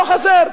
לא חסר.